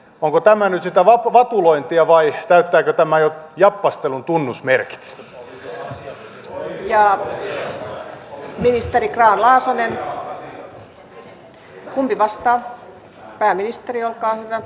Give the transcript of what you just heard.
onko tämä nyt sitä vatulointia vai täyttääkö tämä jo jappaistelun tunnusmerkit